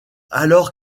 alors